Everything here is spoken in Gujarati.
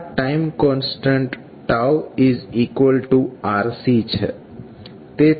આ ટાઈમ કોન્સ્ટન્ટ RC છે